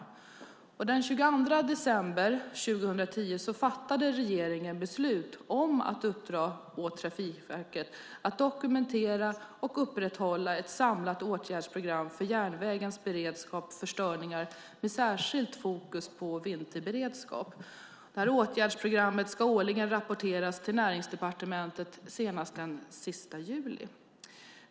Den 22 december 2010 fattade regeringen beslut om att uppdra åt Trafikverket att dokumentera och upprätthålla ett samlat åtgärdsprogram för järnvägens beredskap för störningar, med särskilt fokus på vinterberedskap. Åtgärdsprogrammet ska årligen rapporteras till Näringsdepartementet senast den 31 juli.